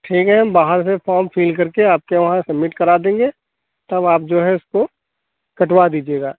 ठीक है हम बाहर से फॉर्म फिल करके आपके वहाँ सबमिट करा देंगे तब आप जो है उसको कटवा दीजिएगा